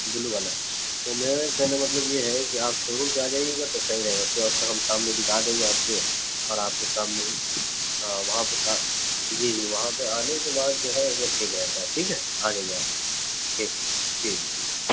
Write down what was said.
بلو والا تو میرے کہنے کا مطلب یہ ہے کہ آپ شو روم پہ آ جائیے گا تو صحیح رہے گا اس کے بعد ہم سامنے دکھا دیں گے آپ کے اور آپ کے سامنے ہاں وہاں پہ جی جی وہاں پہ آنے کے بعد جو ہے وہ ٹھیک رہتا ہے ٹھیک ہے آ جائیے آپ ٹھیک جی جی ٹھیک